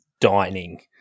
dining